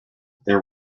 there